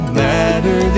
matter